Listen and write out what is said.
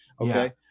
Okay